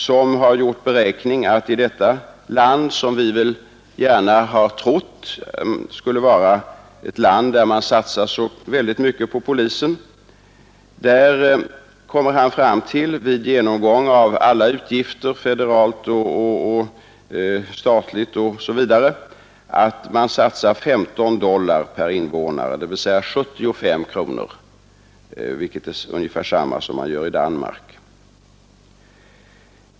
Vid en genomgång av alla statliga och federala utgifter osv. kom han fram till att man i USA, som vi gärna har velat tro är ett land där man satsar mycket på polisen, satsar 15 dollar per invånare, dvs. 75 kronor — vilket är ungefär detsamma som man gör i Danmark.